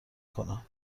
کنم